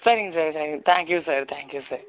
சரிங்க சார் சரிங்க thank you sir thank you sir